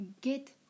get